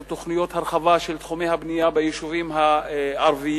תוכניות הרחבה של תחומי הבנייה ביישובים הערביים,